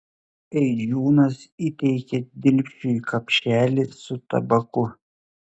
eidžiūnas įteikė dilpšui kapšelį su tabaku